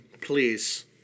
please